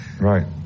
Right